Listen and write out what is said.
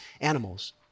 animals